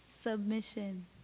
Submission